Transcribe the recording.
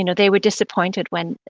you know they were disappointed when